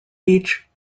beach